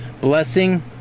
blessing